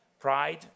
pride